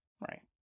right